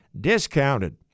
Discounted